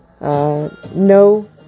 No